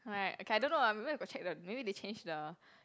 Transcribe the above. right okay I don't know ah maybe I got check the maybe they change the